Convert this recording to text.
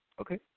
okay